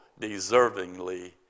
deservingly